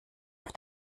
auf